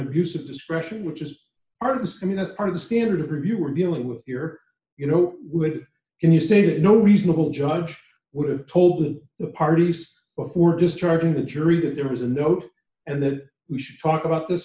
of discretion which is artist's i mean that's part of the standard of review we're dealing with here you know with can you say that no reasonable judge would have told of the parties before discharging the jury that there was a note and that we should talk about this